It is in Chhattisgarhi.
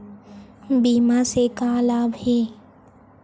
बीमा से का लाभ हे?